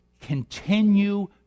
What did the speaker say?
continue